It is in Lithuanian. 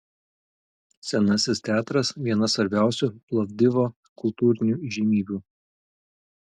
senasis teatras viena svarbiausių plovdivo kultūrinių įžymybių